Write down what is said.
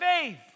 faith